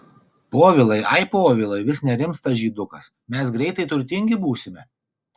povilai ai povilai vis nerimsta žydukas mes greitai turtingi būsime